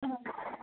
हय